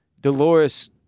Dolores